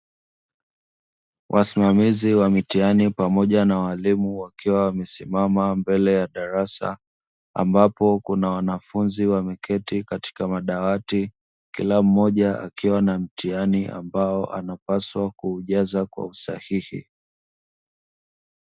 Wasimamizi wa mitihani pamoja na walimu wakiwa wamesimama mbele ya darasa, ambapo kuna wanafunzi wameketi katika madawati; kila mmoja akiwa na mtihani ambao anapaswa kuujaza kwa usahihi.